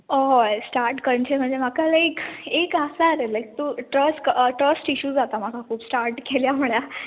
हय स्टार्ट करचें म्हणजे म्हाका लायक एक आसा रे तूं ट्रस्ट ट्रस्ट इशू जाता म्हाका खूब स्टार्ट केला म्हणल्यार